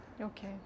okay